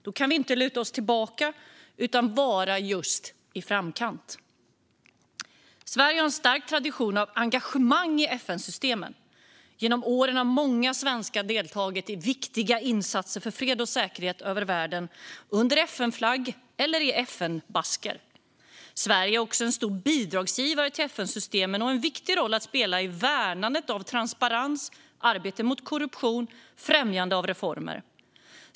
Då kan vi inte luta oss tillbaka utan måste vara just i framkant. Sverige har en stark tradition av engagemang i FN-systemen. Genom åren har många svenskar deltagit i viktiga insatser för fred och säkerhet världen över, under FN-flagg eller i FN-basker. Sverige är också en stor bidragsgivare till FN-systemen och har en viktig roll att spela i värnandet av transparens, arbetet mot korruption och främjandet av reformer.